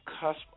cusp